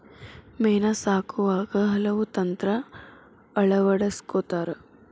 ಮೇನಾ ಸಾಕುವಾಗ ಹಲವು ತಂತ್ರಾ ಅಳವಡಸ್ಕೊತಾರ